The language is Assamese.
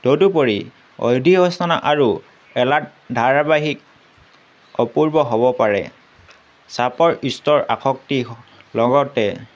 তদুপৰি অধি সূচনা আৰু এলাৰ্ট ধাৰাবাহিক অপূৰ্ব হ'ব পাৰে চাপৰ ইষ্টৰ আসক্তি লগতে